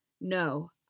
No